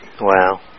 Wow